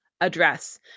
address